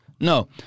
No